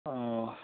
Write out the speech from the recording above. ᱚ